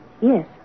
Yes